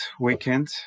weekend